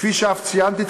כפי שאף ציינתי,